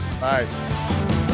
Bye